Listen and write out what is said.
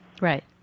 Right